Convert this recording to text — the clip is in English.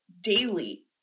daily